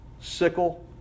sickle